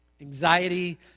Anxiety